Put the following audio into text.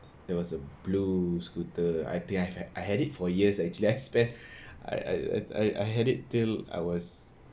it was a blue scooter I think I had I had it for years actually I spent I I had it till I was